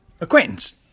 Acquaintance